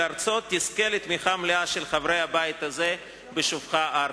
ארצו תזכה לתמיכה מלאה של חברי הבית הזה בשובך ארצה.